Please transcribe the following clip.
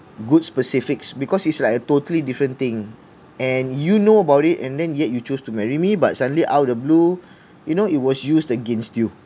good specifics because it's like a totally different thing and you know about it and then yet you choose to marry me but suddenly out of the blue you know it was used against you